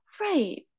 Right